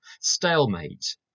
Stalemate